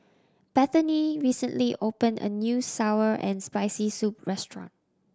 Bethany recently opened a new sour and Spicy Soup restaurant